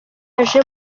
aje